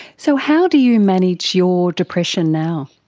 so how do you manage your depression now?